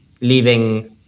leaving